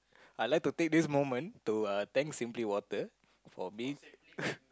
I like to take this moment to uh thanks simply water for being